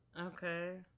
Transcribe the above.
Okay